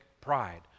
pride